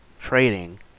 trading